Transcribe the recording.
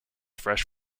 fresh